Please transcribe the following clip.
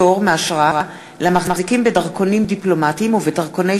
פטור מאשרה למחזיקים בדרכונים דיפלומטיים ובדרכוני